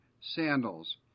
sandals